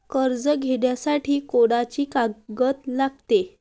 कर्ज घ्यासाठी कोनची कागद लागते?